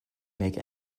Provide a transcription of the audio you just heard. make